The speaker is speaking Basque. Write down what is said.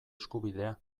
eskubidea